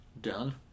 Done